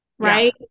Right